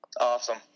Awesome